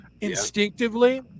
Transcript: instinctively